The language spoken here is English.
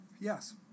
Yes